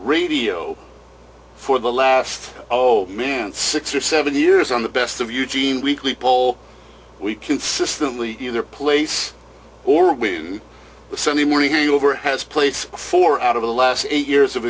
radio for the last oh man six or seven years on the best of eugene weekly poll we consistently either place or we do sunday morning over has place four out of the last eight years of